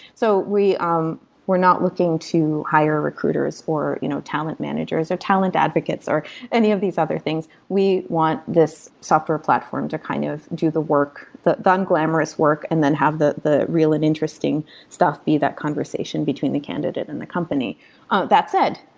so um we're not looking to hire recruiters or you know talent managers, or talent advocates, or any of these other things. we want this software platform to kind of do the work done glamorous work and then have the the real and interesting stuff be that conversation between the candidate and the company um that said,